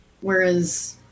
whereas